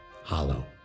hollow